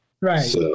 right